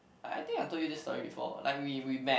I think I told you this story before like we we met